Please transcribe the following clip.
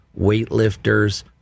weightlifters